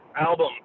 Album